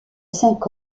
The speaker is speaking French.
cinq